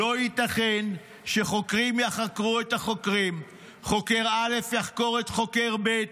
"לא ייתכן שחוקרים יחקרו את החוקרים" שחוקר א' יחקור את חוקר ב',